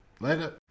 Later